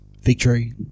Victory